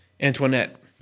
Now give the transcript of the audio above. Antoinette